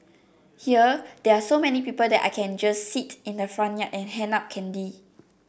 here there are so many people that I just sit in the front yard and hand out candy